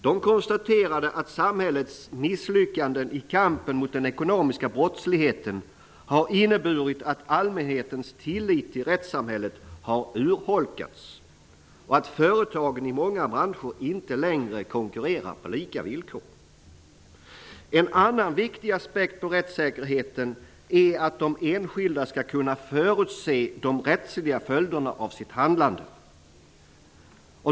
De konstaterade att samhällets misslyckanden i kampen mot den ekonomiska brottsligheten har inneburit att allmänhetens tillit till rättssamhället har urholkats och att företagen i många branscher inte längre konkurrerar på lika villkor. En annan viktig aspekt på rättssäkerheten är att de enskilda skall kunna förutse de rättsliga följderna av sitt handlande.